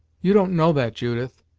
you don't know that, judith.